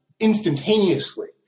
instantaneously